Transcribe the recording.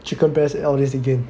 chicken breast all these again